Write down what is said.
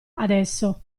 adesso